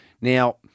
Now